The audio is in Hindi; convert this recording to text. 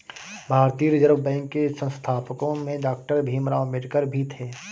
भारतीय रिजर्व बैंक के संस्थापकों में डॉक्टर भीमराव अंबेडकर भी थे